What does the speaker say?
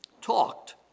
talked